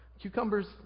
Cucumbers